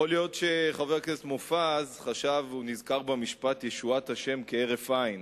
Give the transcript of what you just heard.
יכול להיות שחבר הכנסת מופז נזכר במשפט: ישועת השם כהרף עין.